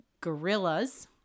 gorillas